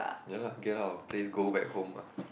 ya lah get out of place go back home ah